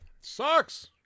Sucks